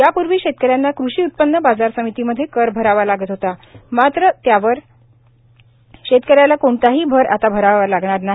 या प्र्वी शेतकऱ्यांना कृषी उत्पन्न बाजार समितीमध्ये कर भरावा लागत होता आता मात्र त्यावर शेतकऱ्याला कोणताही कर भरावा लागणार नाही